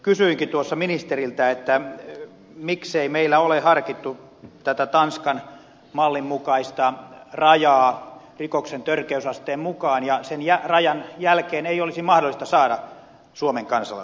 kysyinkin tuossa ministeriltä miksei meillä ole harkittu tätä tanskan mallin mukaista rajaa rikoksen törkeysasteen mukaan ja sen rajan jälkeen ei olisi mahdollista saada suomen kansalaisuutta